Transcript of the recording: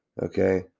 Okay